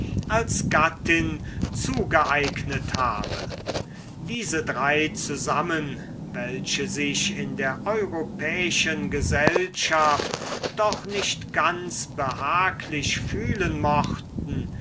als gattin zugeeignet habe diese drei zusammen welche sich in der europäischen gesellschaft doch nicht ganz behaglich fühlen mochten